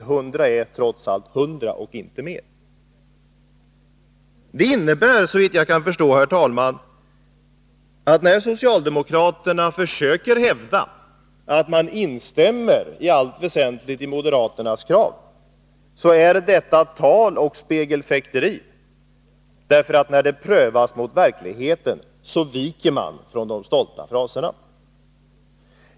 100 är trots allt 100 och inte mer. Detta innebär, såvitt jag kan förstå, herr talman, att när socialdemokraterna försöker hävda att man i allt väsentligt instämmer i moderaternas krav, så är det tal och spegelfäkteri, därför att när detta prövas mot verkligheten viker man från de stolta fraserna.